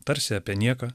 tarsi apie nieką